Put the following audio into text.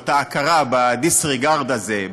או את ההכרה ב-disregard הזה,